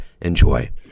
Enjoy